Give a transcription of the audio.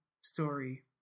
story